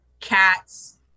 cats